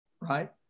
right